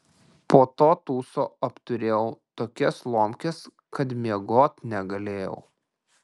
po to tūso apturėjau tokias lomkes kad miegot negalėjau